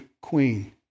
queen